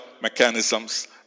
mechanisms